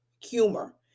humor